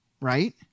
right